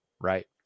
right